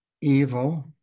evil